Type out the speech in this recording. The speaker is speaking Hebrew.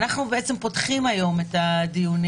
אנחנו פותחים היום את הדיונים.